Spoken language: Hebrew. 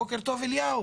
בוקר טוב אליהו.